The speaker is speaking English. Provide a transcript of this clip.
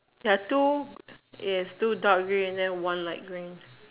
ya two is two dark green then one light green